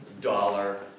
dollar